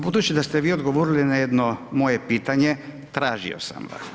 Budući da ste vi odgovorili na jedno moje pitanje, tražio sam ga.